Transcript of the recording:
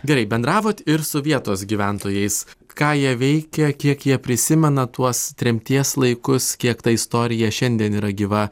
gerai bendravot ir su vietos gyventojais ką jie veikė kiek jie prisimena tuos tremties laikus kiek ta istorija šiandien yra gyva